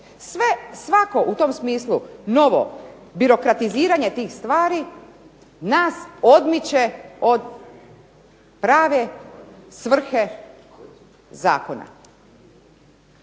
Svako u tom smislu novo birokratiziranje tih stvari nas odmiče od prave svrhe zakona.